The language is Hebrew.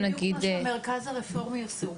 זה בדיוק מה שהמרכז הרפורמי עשו.